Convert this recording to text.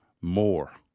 more